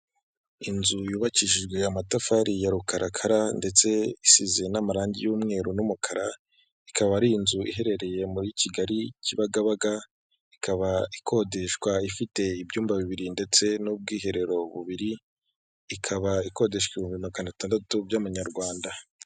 Inzu yubakishijwe amatafari ya rukarakara ndetse isize n'amarangi y'umweru n'umukara, ikaba ari inzu iherereye muri Kigali, Kibagabaga ikaba ikodeshwa ifite ibyumba bibiri ndetse n'ubwiherero bubiri, ikaba ikodeshwa ibihumbi magana atandatu by'amanyarwanda.